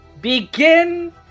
begin